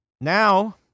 Now